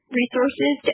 resources